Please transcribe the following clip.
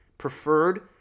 preferred